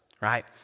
right